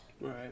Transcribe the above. Right